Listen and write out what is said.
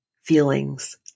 feelings